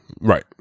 Right